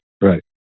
Right